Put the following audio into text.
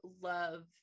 love